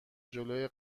جلوی